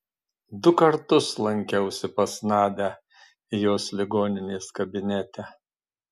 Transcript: du kartus lankiausi pas nadią jos ligoninės kabinete